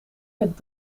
met